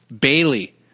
Bailey